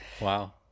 Wow